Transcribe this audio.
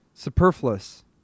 Superfluous